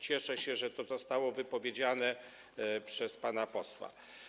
Cieszę się, że to zostało wypowiedziane przez pana posła.